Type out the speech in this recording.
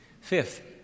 Fifth